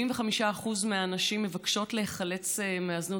75% מהנשים בזנות מבקשות להיחלץ מהזנות,